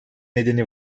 nedeni